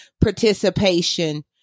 participation